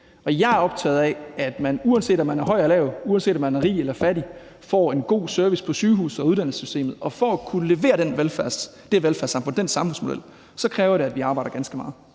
jeg er optaget af, at man, uanset om man er høj eller lav, uanset om man er rig eller fattig, får en god service på sygehuset og i uddannelsessystemet. Og for at kunne levere det velfærdssamfund, den samfundsmodel, kræver det, at vi arbejder ganske meget.